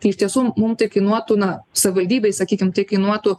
tai iš tiesų mum tai kainuotų na savivaldybei sakykim tai kainuotų